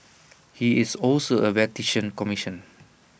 he is also A Vatican commission